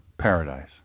paradise